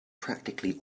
practically